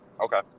Okay